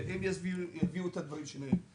יביאו את הדברים שלהם.